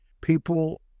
people